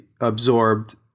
absorbed